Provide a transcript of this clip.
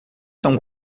são